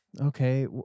okay